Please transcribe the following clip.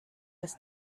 des